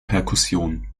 perkussion